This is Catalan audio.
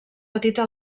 petita